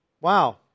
Wow